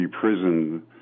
prison